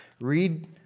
read